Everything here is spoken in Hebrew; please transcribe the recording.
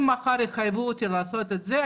אם מחר יחייבו אותי לעשות את זה,